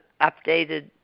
updated